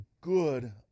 good